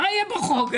מה יהיה בחוק?